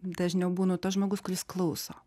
dažniau būnu tas žmogus kuris klauso